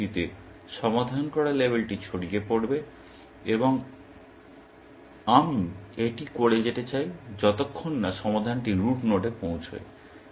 এই পদ্ধতিতে সমাধান করা লেবেলটি ছড়িয়ে পড়বে এবং আমি এটি করে যেতে চাই যতক্ষণ না সমাধানটি রুট নোডে পৌঁছায়